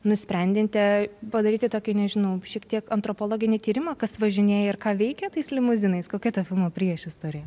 nusprendėte padaryti tokį nežinau šiek tiek antropologinį tyrimą kas važinėja ir ką veikia tais limuzinais kokia ta filmo priešistorė